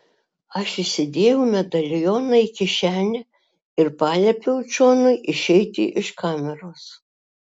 aš įsidėjau medalioną į kišenę ir paliepiau džonui išeiti iš kameros